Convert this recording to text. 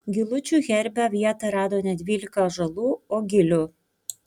gilučių herbe vietą rado ne dvylika ąžuolų o gilių